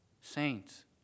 saints